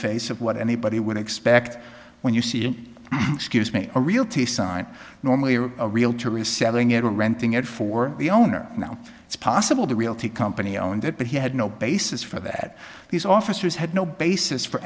face of what anybody would expect when you see an excuse me a realty sign normally or a realtor reselling it or renting it for the owner now it's possible to realty company owned it but he had no basis for that these officers had no basis for